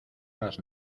las